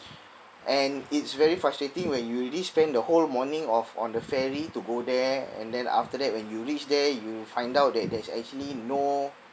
and it's very frustrating when you already spent the whole morning of on the ferry to go there and then after that when you reach there you find out that there's actually no